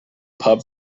pub